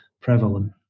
prevalent